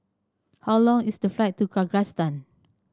how long is the flight to Kyrgyzstan